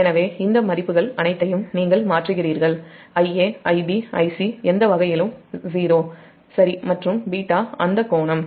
எனவே இந்த மதிப்புகள் அனைத்தையும் நீங்கள் மாற்றுகிறீர்கள் Ia Ib Ic எந்த வகையிலும் 0 மற்றும் β அந்த கோணம்